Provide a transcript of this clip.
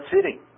city